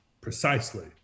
Precisely